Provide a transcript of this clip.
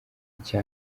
icyo